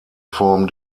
form